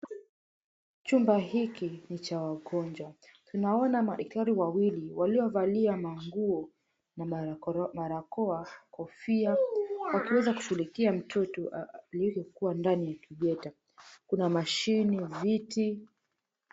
Chumba hiki ni cha wagonjwa. Tunaona madaktari wawili waliovalia manguo na barakoa, kofia wakiweza kushughulikia mtoto aliyekuwa ndani ya kithieta. Kuna mashine, viti.